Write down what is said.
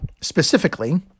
specifically